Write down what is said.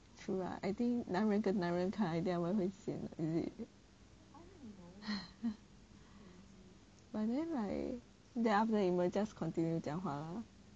true lah I think 男人跟男人看 I think 他们会 sian is it but then like then after that 你们 just continue 讲话